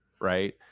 right